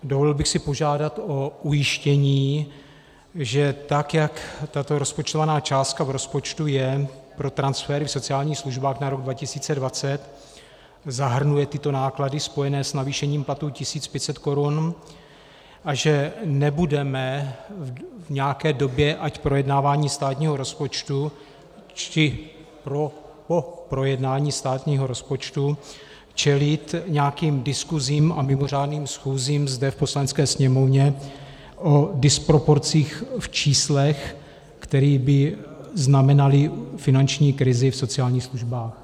Dovolil bych si požádat o ujištění, že tak jak tato rozpočtovaná částka v rozpočtu je pro transfery v sociálních službách na rok 2020, zahrnuje tyto náklady spojené s navýšením platů 1 500 korun, a že nebudeme v nějaké době, ať projednávání státního rozpočtu, či po projednání státního rozpočtu, čelit nějakým diskusím a mimořádným schůzím zde v Poslanecké sněmovně o disproporcích v číslech, které by znamenaly finanční krizi v sociálních službách.